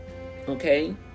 okay